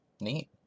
Neat